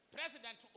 President